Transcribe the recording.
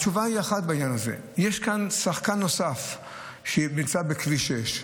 התשובה היא אחת בעניין הזה: יש כאן שחקן נוסף שנמצא בכביש 6: